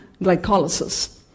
glycolysis